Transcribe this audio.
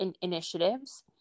initiatives